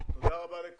הישיבה ננעלה בשעה 12:40.